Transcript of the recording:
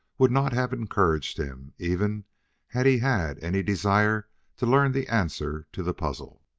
would not have encouraged him, even had he had any desire to learn the answer to the puzzle.